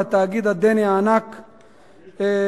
על התאגיד הדני הענק "טופסה",